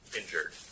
injured